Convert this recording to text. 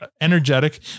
energetic